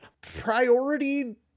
priority